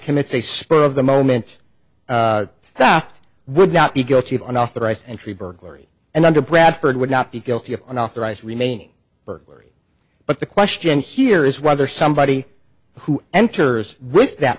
commits a spur of the moment that would not be guilty of unauthorized entry burglary and under bradford would not be guilty of unauthorized remaining burglary but the question here is whether somebody who enters with that